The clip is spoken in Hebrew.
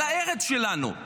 על הארץ שלנו?